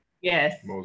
yes